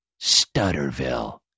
Stutterville